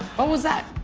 but was that?